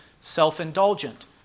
self-indulgent